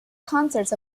concerts